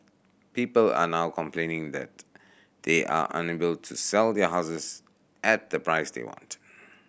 people are now complaining that they are unable to sell their houses at the price they want